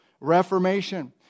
Reformation